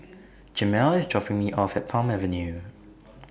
Jamal IS dropping Me off At Palm Avenue